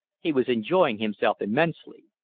he was enjoying himself immensely.